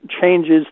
changes